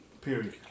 Period